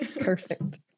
Perfect